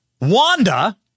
Wanda